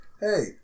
hey